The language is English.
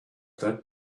that